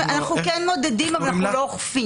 אנחנו כן מודדים, אבל אנחנו לא אוכפים.